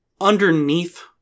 underneath